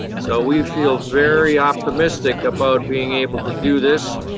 so we feel very optimistic about being able to do this.